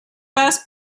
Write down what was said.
best